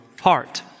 heart